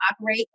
operate